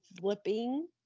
flipping